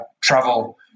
travel